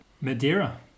Madeira